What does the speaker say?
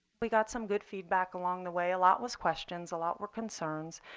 we got some good feedback along the way. a lot was questions. a lot were concerns.